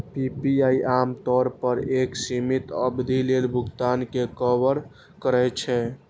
PPI आम तौर पर एक सीमित अवधि लेल भुगतान कें कवर करै छै